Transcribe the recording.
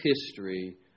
history